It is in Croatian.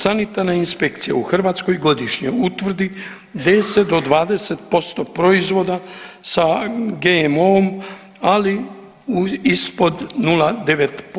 Sanitarna inspekcija u Hrvatskoj godišnje utvrdi 10-20% proizvoda sa GMO-om, ali ispod 0,9%